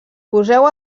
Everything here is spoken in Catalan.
poseu